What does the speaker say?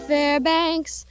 Fairbanks